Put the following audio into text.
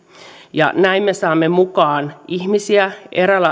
näin me saamme mukaan ihmisiä